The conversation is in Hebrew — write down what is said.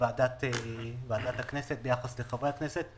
ועדת הכנסת ביחס לחברי הכנסת,